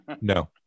no